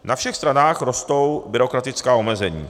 Na všech stranách rostou byrokratická omezení.